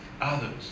others